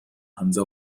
hansa